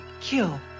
kill